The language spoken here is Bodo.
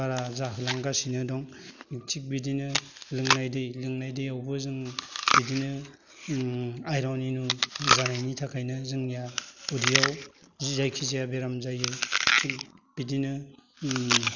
बारा जालांगासिनो दं थिख बिदिनो लोंनाय दै लोंनाय दैयावबो जों बिदिनो ओम आइरन एनु जानायनि थाखायनो जोंनिया उदैयाव जायखिजाया बेराम जायो थिख बिदिनो ओम